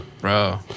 bro